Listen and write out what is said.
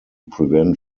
prevent